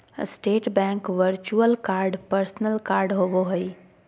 state Bank virtual card personal card होबो हइ